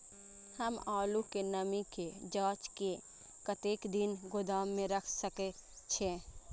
हम आलू के नमी के जाँच के कतेक दिन गोदाम में रख सके छीए?